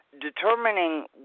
determining